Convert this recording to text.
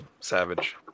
Savage